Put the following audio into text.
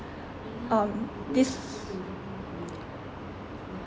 um this